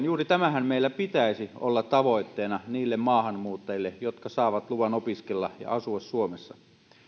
juuri tämähän meillä pitäisi olla tavoitteena niille maahanmuuttajille jotka saavat luvan opiskella ja asua suomessa